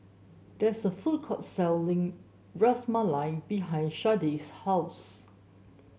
there is a food court selling Ras Malai behind Sharday's house